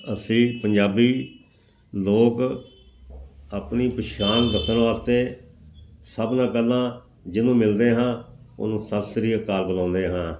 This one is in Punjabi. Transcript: ਅਸੀਂ ਪੰਜਾਬੀ ਲੋਕ ਆਪਣੀ ਪਛਾਣ ਦੱਸਣ ਵਾਸਤੇ ਸਭ ਨਾਲ ਗੱਲਾਂ ਜਿਹਨੂੰ ਮਿਲਦੇ ਹਾਂ ਉਹਨੂੰ ਸਤਿ ਸ਼੍ਰੀ ਅਕਾਲ ਬੁਲਾਉਂਦੇ ਹਾਂ